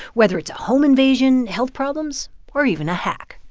whether it's a home invasion, health problems or even a hack.